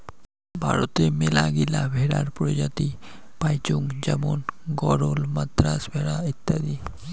ভারতে মেলাগিলা ভেড়ার প্রজাতি পাইচুঙ যেমন গরল, মাদ্রাজ ভেড়া অত্যাদি